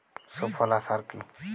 সুফলা সার কি?